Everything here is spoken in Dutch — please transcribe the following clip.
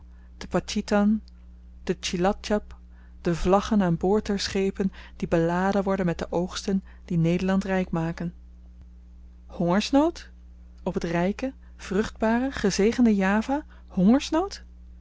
te patjitan te tjilatjap de vlaggen aan boord der schepen die beladen worden met de oogsten die nederland ryk maken hongersnood op het ryke vruchtbare gezegende java